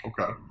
Okay